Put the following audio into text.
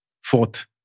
Fourth